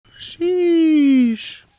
Sheesh